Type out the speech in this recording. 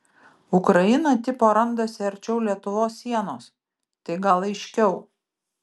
ukraina tipo randasi arčiau lietuvos sienos tai gal aiškiau